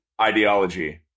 ideology